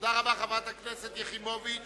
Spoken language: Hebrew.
תודה רבה, חברת הכנסת יחימוביץ.